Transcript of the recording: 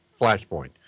flashpoint